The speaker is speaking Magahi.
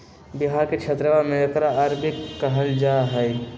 बिहार के क्षेत्रवा में एकरा अरबी कहल जाहई